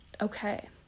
Okay